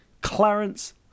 Clarence